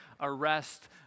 arrest